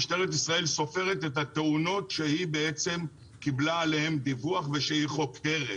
משטרת ישראל סופרת את התאונות שהיא בעצם קיבלה עליהן דיווח ושהיא חוקרת,